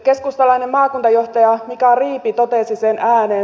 keskustalainen maakuntajohtaja mika riipi totesi sen ääneen